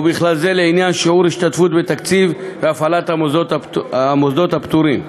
ובכלל זה לעניין שיעור ההשתתפות בתקציב הפעלת המוסדות הפטורים,